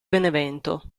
benevento